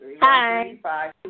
Hi